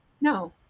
no